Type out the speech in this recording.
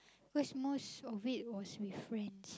because most of it was with friends